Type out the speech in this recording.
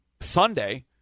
Sunday